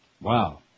Wow